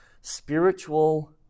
spiritual